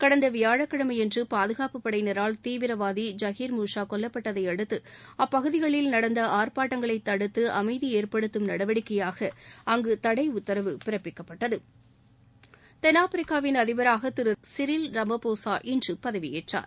கடந்த வியாழக்கிழமையன்று பாதுகாப்பு படையினரால் தீவிரவாதி ஐஹிர்முஷா கொல்லப்பட்டதையடுத்து அப்பகுதிகளில் நடந்த ஆர்பாட்டங்களை தடுத்து அமைதி ஏற்படுத்தும் நடவடிக்கையாக அங்கு தடை உத்தரவு பிறப்பிக்கப்பட்டது தென்னாப்பிரிக்காவின் அதிபராக திரு சிறில் ரமபோசா இன்று பதவியேற்றார்